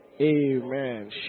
Amen